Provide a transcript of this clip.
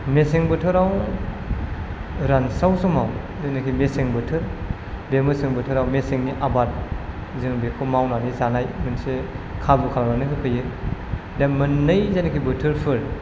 मेसें बोथोराव रानस्राव समाव जायनाखि मेसें बोथोर बे मेसें बोथोराव मेसेंनि आबाद जोङो बेखौ मावनानै जानाय मोनसे खाबु खालामनानै होफैयो दा मोननै जायनाखि बोथोरफोर